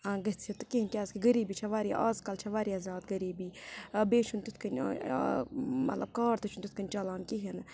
گٔژھِتھ کِہیٖنۍ کیٛازکہِ غریٖبی چھِ واریاہ اَزکَل چھِ واریاہ زیادٕ غریٖبی بیٚیہِ چھُنہٕ تِتھ کٔنۍ مطلب کاڈ تہِ چھُنہٕ تِتھ کٔنۍ چَلان کِہیٖنۍ نہٕ